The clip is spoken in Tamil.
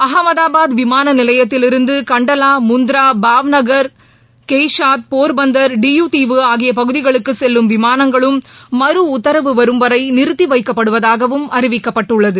அகமதாபாத் விமானநிலையத்திலிருந்து கண்டலா முந்த்ரா பாவ் நகர் கேஷாத் போர்பந்தர் டியு தீவு ஆகிய பகுதிகளுக்கு செல்லும் விமானங்களும் மறு உத்தரவு வரும் வரை நிறுத்திவைக்கப்படுவதாகவும் அறிவிக்கப்பட்டுள்ளது